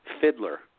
fiddler